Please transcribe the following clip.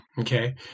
Okay